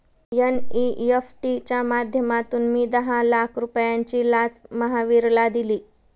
NEFT च्या माध्यमातून मी दहा लाख रुपयांची लाच महावीरला दिली